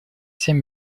семь